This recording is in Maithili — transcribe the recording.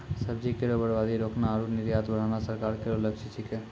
सब्जी केरो बर्बादी रोकना आरु निर्यात बढ़ाना सरकार केरो लक्ष्य छिकै